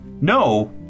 No